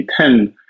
2010